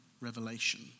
revelation